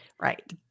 right